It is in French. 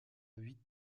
huit